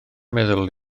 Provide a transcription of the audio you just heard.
meddwl